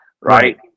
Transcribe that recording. right